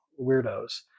weirdos